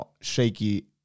shaky